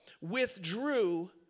Withdrew